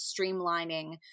streamlining